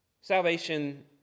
Salvation